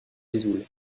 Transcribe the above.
vesoul